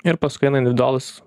ir paskui individualūs